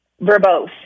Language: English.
verbose